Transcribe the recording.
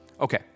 Okay